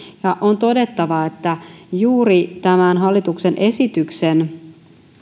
on todettava että juuri tämän hallituksen esityksen